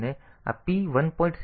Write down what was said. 6 પર સતત નકલ કરે છે